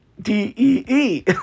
DEE